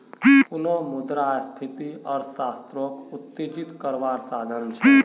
पुनः मुद्रस्फ्रिती अर्थ्शाश्त्रोक उत्तेजित कारवार साधन छे